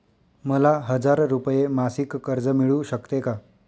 मला हजार रुपये मासिक कर्ज मिळू शकते का?